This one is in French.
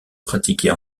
pratiquer